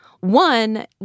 One